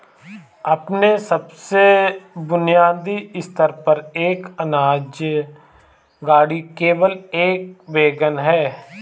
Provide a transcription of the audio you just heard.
अपने सबसे बुनियादी स्तर पर, एक अनाज गाड़ी केवल एक वैगन है